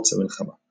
לפרוץ המלחמה